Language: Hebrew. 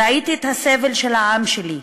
ראיתי את הסבל של העם שלי,